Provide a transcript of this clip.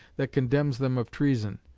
that condemns them of treason.